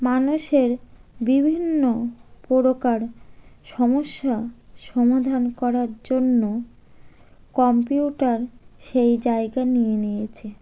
মানুষের বিভিন্ন প্রকার সমস্যা সমাধান করার জন্য কম্পিউটার সেই জায়গা নিয়ে নিয়েছে